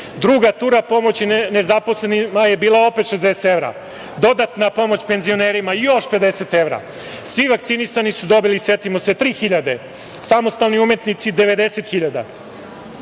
tura pomoći nezaposlenima je bila opet 60 evra, dodatna pomoć penzionerima još 50 evra. Svi vakcinisani su dobili, setimo se, 3.000 dinara, samostalni umetnici 90.000